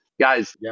Guys